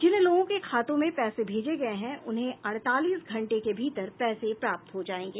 जिन लोगों के खातों में पैसे भेजे गये हैं उन्हें अड़तालीस घंटे के भीतर पैसे प्राप्त हो जायेंगे